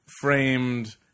framed